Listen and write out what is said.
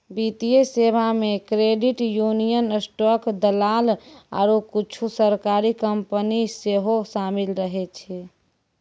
वित्तीय सेबा मे क्रेडिट यूनियन, स्टॉक दलाल आरु कुछु सरकारी कंपनी सेहो शामिल रहै छै